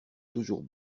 toujours